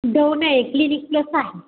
dove नाही Clinic Plus आहे